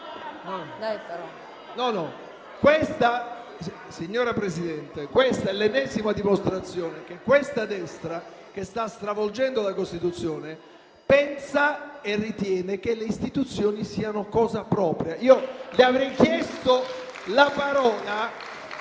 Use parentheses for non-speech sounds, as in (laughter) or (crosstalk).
*(PD-IDP)*. Signora Presidente, questa è l'ennesima dimostrazione che questa destra che sta stravolgendo la Costituzione, pensa e ritiene che le Istituzioni siano cosa loro. (applause) Io le avrei chiesto la parola